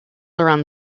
around